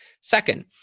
Second